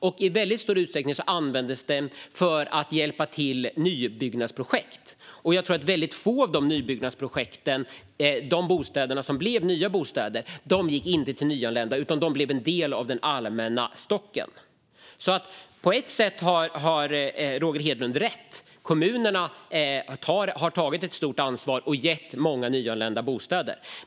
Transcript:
De användes i stor utsträckning för att hjälpa till i nybyggnadsprojekt, och jag tror att väldigt få av de nya bostäderna gick till nyanlända. De blev i stället en del av den allmänna stocken. På ett sätt har Roger Hedlund alltså rätt - kommunerna har tagit stort ansvar och gett många nyanlända bostäder.